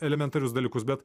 elementarius dalykus bet